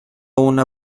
una